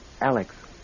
Alex